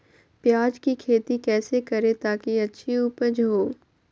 प्याज की खेती कैसे करें ताकि अच्छी उपज हो?